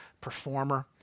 performer